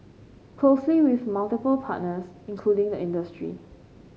closely with multiple partners including the industry